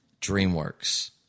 DreamWorks